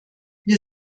wir